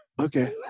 Okay